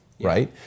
right